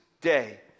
day